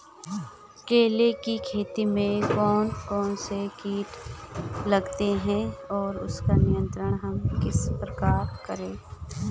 केले की खेती में कौन कौन से कीट लगते हैं और उसका नियंत्रण हम किस प्रकार करें?